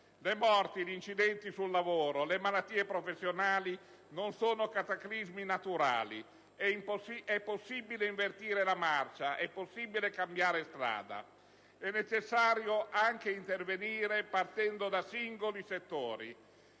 Le morti, gli incidenti sul lavoro, le malattie professionali non sono cataclismi naturali. E' possibile invertire la marcia, cambiare strada. È necessario anche intervenire partendo da singoli settori.